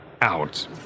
out